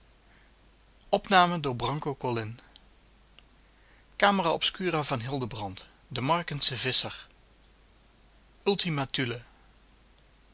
ik de markensche visscher